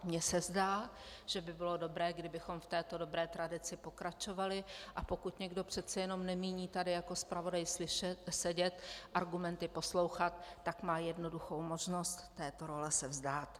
Mně se zdá, že by bylo dobré, kdybychom v této dobré tradici pokračovali, a pokud někdo přece jenom nemíní tady jako zpravodaj sedět, argumenty poslouchat, tak má jednoduchou možnost této role se vzdát.